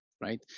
Right